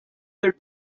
their